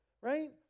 Right